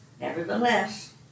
Nevertheless